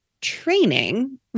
training